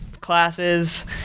classes